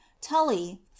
tully